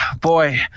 boy